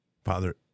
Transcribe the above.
Father